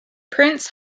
prince